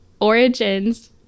origins